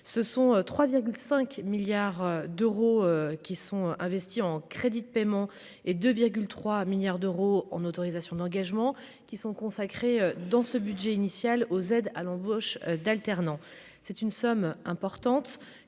ce sont 3 5 milliards d'euros qui sont investis en crédits de paiement et de 3 milliards d'euros en autorisations d'engagement qui sont consacrés dans ce budget initial aux aides à l'embauche d'alternants, c'est une somme importante